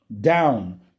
down